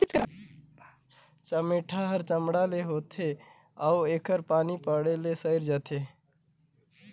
चमेटा हर चमड़ा कर होथे अउ एहर पानी परे ले सइर जाथे